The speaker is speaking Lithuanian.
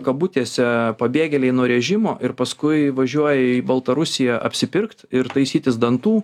kabutėse pabėgėliai nuo režimo ir paskui važiuoja į baltarusiją apsipirkt ir taisytis dantų